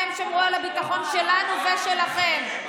הם שמרו על הביטחון שלנו ושלכם,